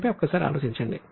దీనిపై ఒక్కసారి ఆలోచించండి